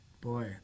boy